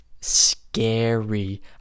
scary